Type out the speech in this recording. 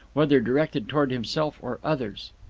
whether directed towards himself or others.